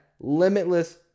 limitless